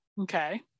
Okay